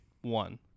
one